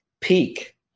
peak